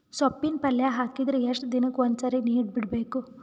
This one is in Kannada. ಸೊಪ್ಪಿನ ಪಲ್ಯ ಹಾಕಿದರ ಎಷ್ಟು ದಿನಕ್ಕ ಒಂದ್ಸರಿ ನೀರು ಬಿಡಬೇಕು?